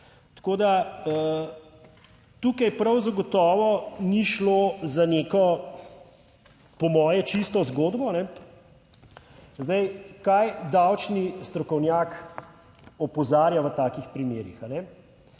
Tako, da tukaj prav zagotovo ni šlo za neko, po moje, čisto zgodbo. Zdaj, kaj davčni strokovnjak opozarja v takih primerih,